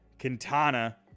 Quintana